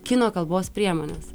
kino kalbos priemones